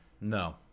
No